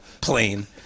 Plain